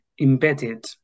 embedded